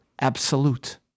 absolute